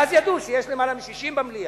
ואז ידעו שיש למעלה מ-60 במליאה.